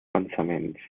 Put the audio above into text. pensaments